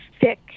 thick